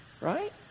right